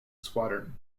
squadron